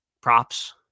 props